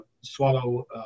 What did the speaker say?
swallow